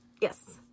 yes